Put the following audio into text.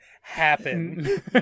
happen